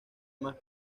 más